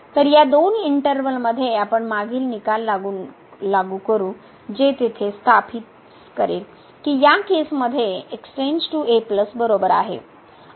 तर या दोन इंटर्वलमध्ये आपण मागील निकाल लागू करू जे तेथे स्थापित करेल की या केसमध्ये बरोबर आहे